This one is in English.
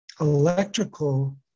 electrical